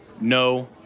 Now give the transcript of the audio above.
No